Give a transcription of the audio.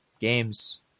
games